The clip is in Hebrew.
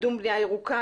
קידום בניה ירוקה,